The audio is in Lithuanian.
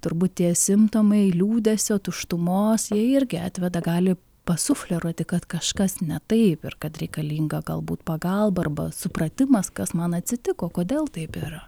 turbūt tie simptomai liūdesio tuštumos jie irgi atveda gali pasufleruoti kad kažkas ne taip ir kad reikalinga galbūt pagalba arba supratimas kas man atsitiko kodėl taip yra